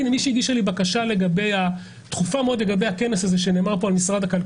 מישהי הגישה לי בקשה דחופה מאוד לגבי הכנס הזה שהוזכר כאן.